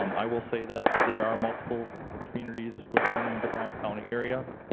um i will say that there are multiple communities within the brown county area,